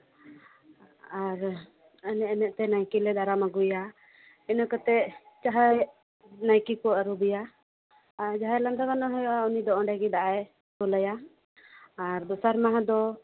ᱟᱨ ᱮᱱᱮᱡ ᱮᱱᱮᱡ ᱛᱮ ᱱᱟᱭᱠᱮ ᱞᱮ ᱫᱟᱨᱟᱢ ᱟᱜᱩᱭᱮᱭᱟ ᱤᱱᱟᱹᱠᱟᱛᱮ ᱡᱟᱦᱟᱸᱭ ᱱᱟᱭᱠᱮ ᱠᱚ ᱟᱹᱨᱩᱵᱮᱭᱟ ᱟᱨ ᱡᱟᱦᱟᱸᱭ ᱞᱟᱸᱫᱟ ᱜᱟᱱᱚᱜ ᱦᱚᱲ ᱫᱚ ᱩᱱᱤ ᱫᱚ ᱚᱸᱰᱮ ᱜᱮ ᱫᱟᱜ ᱮᱭ ᱫᱩᱞᱟᱭᱟ ᱟᱨ ᱫᱚᱥᱟᱨ ᱢᱟᱦᱟ ᱫᱚ